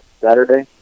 Saturday